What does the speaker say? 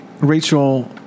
Rachel